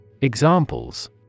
Examples